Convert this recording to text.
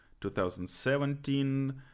2017